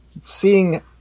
seeing